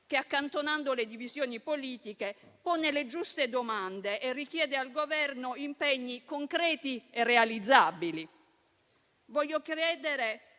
che, accantonando le divisioni politiche, pone le giuste domande e richiede al Governo impegni concreti e realizzabili. Voglio credere